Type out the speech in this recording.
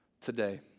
today